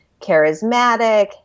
charismatic